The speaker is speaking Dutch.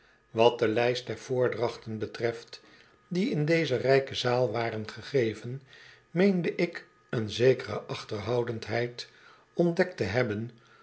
wat de lijst der voordrachten betreft die in deze rijke zaal waren gegeven meende ik een zekere achterhoudendheid ontdekt te hebben